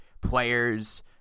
players